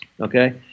okay